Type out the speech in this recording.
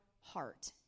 heart